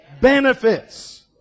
benefits